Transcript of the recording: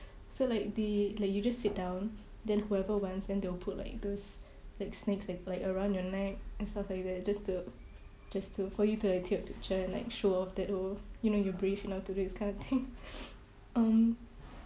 so like the like you just sit down then whoever wants then they will put like those like snakes like like around your neck and stuff like that just the just to for you to like take picture and like show off that oh you know you're brave enough to do it that kind of thing um